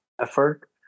effort